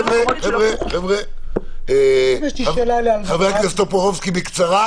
חבר הכנסת טופורובסקי, בקצרה.